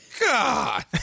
God